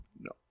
No